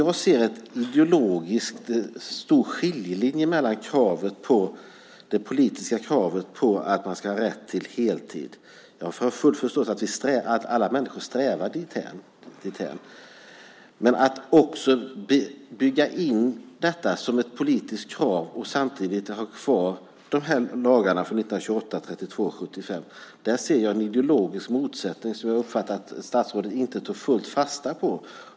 Jag ser en ideologiskt stor skiljelinje vid det politiska kravet på att man ska ha rätt till heltid. Jag har full förståelse för att alla människor strävar dithän. Men när det gäller att också bygga in detta som ett politiskt krav och samtidigt ha kvar de här lagarna från 1928, 1932 och 1975 ser jag en ideologisk motsättning som jag har uppfattat att statsrådet inte till fullo tog fasta på.